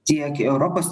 tiek europos